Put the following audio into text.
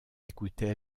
écoutait